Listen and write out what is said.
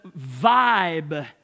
vibe